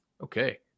okay